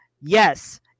yes